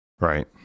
Right